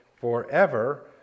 forever